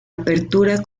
apertura